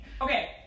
Okay